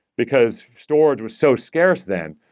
because storage was so scarce then.